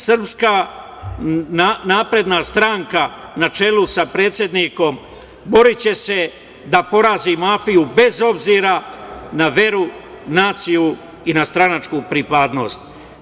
Srpska napredna stranka na čelu sa predsednikom boriće se da porazi mafiju bez obzira na veru, naciju i na stranačku pripadnost.